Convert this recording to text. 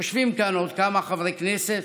יושבים כאן עוד כמה חברי כנסת,